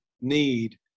need